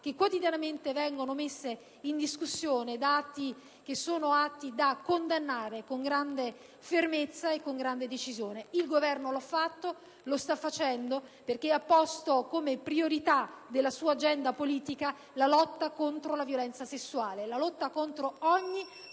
che quotidianamente vengono messe in discussione da atti che sono da condannare con grande fermezza e decisione. Il Governo l'ha fatto e lo sta facendo perché ha posto come priorità della sua agenda politica la lotta contro la violenza sessuale e contro ogni forma